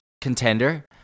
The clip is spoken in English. contender